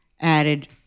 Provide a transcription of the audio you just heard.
added